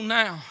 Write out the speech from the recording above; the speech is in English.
now